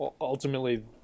Ultimately